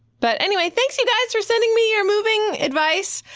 but anyway, thank you guys for sending me your moving advice.